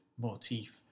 motif